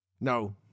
No